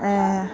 ऐं